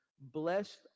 blessed